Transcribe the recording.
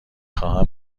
خواهم